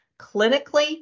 clinically